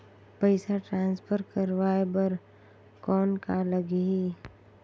पइसा ट्रांसफर करवाय बर कौन का लगही?